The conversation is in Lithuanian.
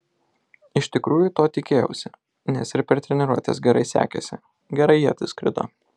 iš tikrųjų to tikėjausi nes ir per treniruotes gerai sekėsi gerai ietis skrido